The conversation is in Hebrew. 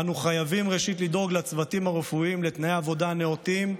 אנו חייבים ראשית לדאוג לצוותים הרפואיים לתנאי עבודה נאותים,